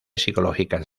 psicológicas